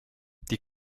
die